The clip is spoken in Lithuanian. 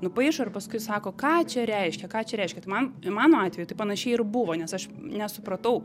nupaišo ir paskui sako ką čia reiškia ką čia reiškia tai man mano atveju tai panašiai ir buvo nes aš nesupratau